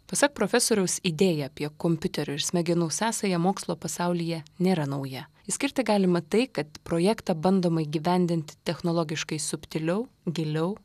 pasak profesoriaus idėja apie kompiuterio ir smegenų sąsają mokslo pasaulyje nėra nauja išskirti galima tai kad projektą bandoma įgyvendinti technologiškai subtiliau giliau